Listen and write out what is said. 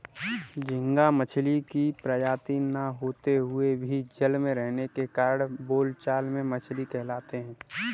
झींगा मछली की प्रजाति न होते हुए भी जल में रहने के कारण बोलचाल में मछली कहलाता है